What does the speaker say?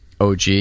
OG